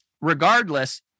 regardless